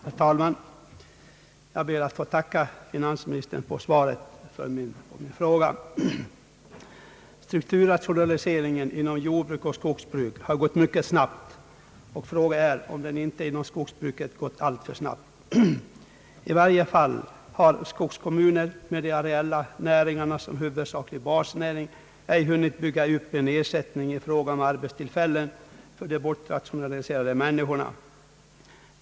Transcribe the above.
Herr talman! Jag ber att få tacka finansministern för svaret på min fråga. Strukturrationaliseringen inom jordbruket och skogsbruket har gått mycket snabbt. Fråga är om den inte inom skogsbruket gått alltför snabbt. I varje fall har skogskommuner med de areella näringarna som huvudsaklig basnäring ej hunnit bygga ut en ersättning i fråga om arbetstillfällen för de bortrationaliserade människorna.